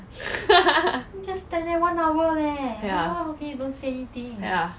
ya